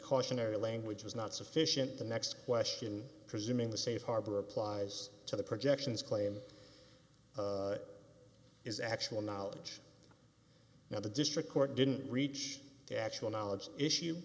cautionary language was not sufficient the next question presuming the safe harbor applies to the projections claim is actual knowledge now the district court didn't reach the actual knowledge